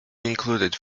included